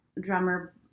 drummer